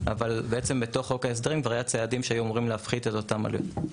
אבל בתוך חוק ההסדרים כבר היו צעדים שאמורים להפחית את אותן עלויות.